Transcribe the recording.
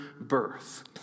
birth